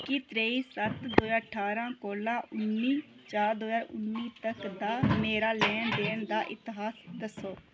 मिगी इक्की त्रेई सत्त दो ज्हार ठारां कोला उन्नी चार दो ज्हार उन्नी तक्कर दा मेरा लैन देन दा इतिहास दस्सो